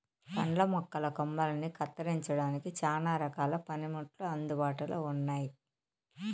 పండ్ల మొక్కల కొమ్మలని కత్తిరించడానికి చానా రకాల పనిముట్లు అందుబాటులో ఉన్నయి